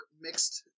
mixed